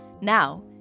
Now